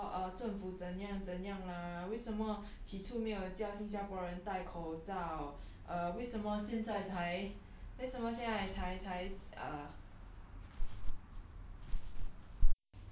我在新闻看每一次很多人都说 uh 政府怎样怎样 lah 为什么起初没有叫新加坡人戴口罩 err 为什么现在才为什么现在才才 err